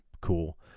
cool